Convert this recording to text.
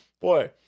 boy